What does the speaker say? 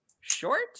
short